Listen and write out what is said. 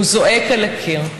הוא זועק על הקיר.